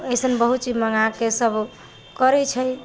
एसन बहुत चीज मँगा के सब करै छै